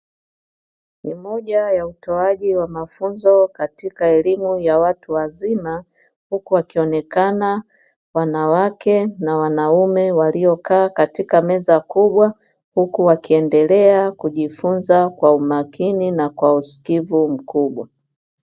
Ni moja ya utoaji wa mafunzo, katika elimu ya watu wazima, huku wakionekana wanawake na wanaume waliokaa katika meza kubwa, huku wakiendelea kujifunza kwa umakini na kwa usikivu mkubwa.